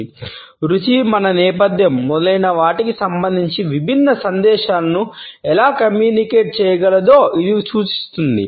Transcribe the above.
రుచి మన నేపథ్యం మన ప్రాధాన్యతలు మన సాంస్కృతిక నేపథ్యం మొదలైన వాటికి సంబంధించి విభిన్న సందేశాలను ఎలా కమ్యూనికేట్ చేయగలదో ఇది చూస్తుంది